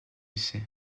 essai